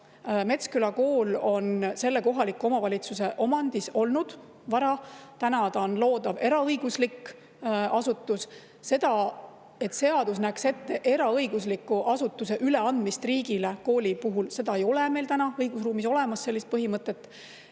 Metsküla kool on selle kohaliku omavalitsuse omandis olnud vara. Täna ta on loodav eraõiguslik asutus. Seda, et seadus näeks ette eraõigusliku asutuse üleandmist riigile kooli puhul, sellist põhimõtet ei ole meil õigusruumis olemas. Kahjuks oleme